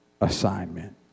assignment